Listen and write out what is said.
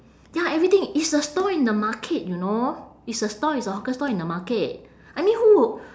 ya everything it's a stall in the market you know it's a stall it's a hawker stall in the market I mean who would